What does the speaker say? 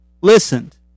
listened